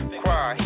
cry